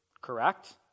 correct